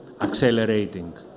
accelerating